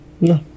no